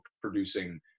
producing